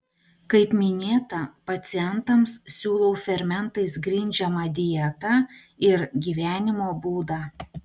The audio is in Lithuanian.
kaip minėta pacientams siūlau fermentais grindžiamą dietą ir gyvenimo būdą